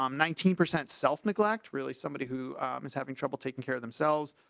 um nineteen percent self neglect really somebody who was having trouble taking care of themselves.